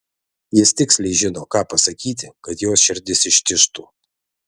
jis tiksliai žino ką pasakyti kad jos širdis ištižtų